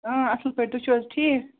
اصٕل پٲٹھۍ تُہۍ چھُو حظ ٹھیٖک